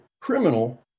criminal